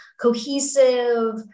cohesive